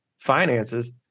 finances